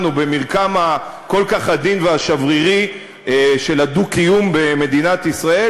או במרקם הכל-כך עדין ושברירי של הדו-קיום במדינת ישראל,